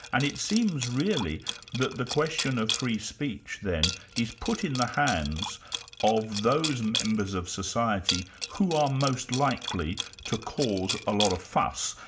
and it seems really that the question of free speech then, is put in the hands of those members of society who are most likely to cause a lot of fuss,